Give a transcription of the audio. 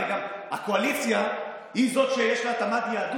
הרי הקואליציה היא זו שיש לה את מד היהדות.